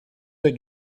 der